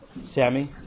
Sammy